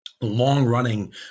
Long-running